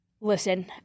Listen